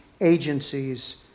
agencies